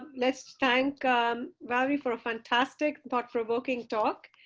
let's thank valerie for a fantastic, thought provoking talk.